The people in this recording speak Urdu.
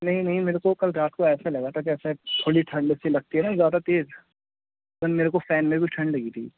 نہیں نہیں میرے کو کل رات کو ایسے لگا تھا جیسے تھوڑی ٹھنڈ سی لگتی ہے نا زیادہ تیز اس میرے کو فین میں بھی ٹھنڈ لگی تھی